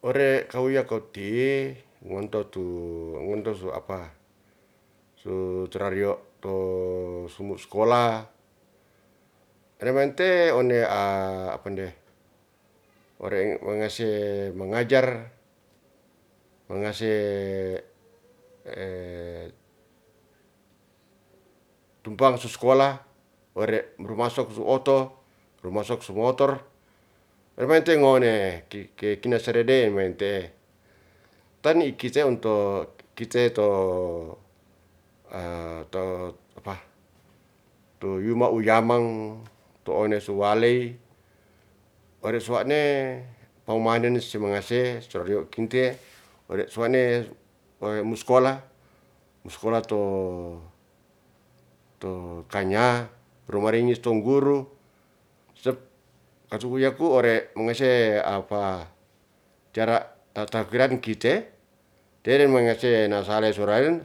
Ore kawuya ko ti'i ngonto tu, ngonto suapa tera rio to sumu skolah ere mente one apa nde ore i mangase mangajar, mangase tumpang su skolah ore ru masok so oto, ru masok su motor ewete ngone, kina serede mewente'e. Tan ni i kite onto kite to to yuma uyamang tu one suwalei ore suwa'ne paumaden si mangase sorio kintie ore suwane mu skolah, mu skolah to, to kanya rumaringis tong guru. Sep katu wuyaku ore mangase ya apa tera tatakiran kite tere mangase nasale suraren,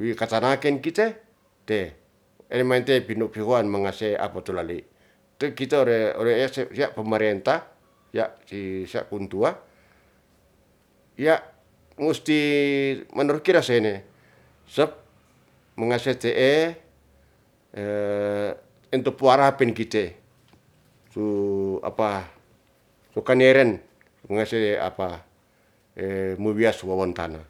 wi katanakin kite, te emain te pinu pihoan mangase apa tu lalei. Te kite ore ese ya' pemerentah ya' ti sia kuntua ya' musti menurukira sene sep mangase te'e ento puarapen kite, su apa, su kaneren mangase apa mawiyas wawontana